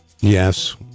Yes